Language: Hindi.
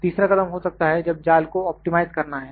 तीसरा कदम हो सकता है जब जाल को ऑप्टिमाइज करना है